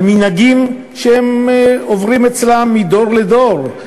המנהגים שעוברים אצלם מדור לדור,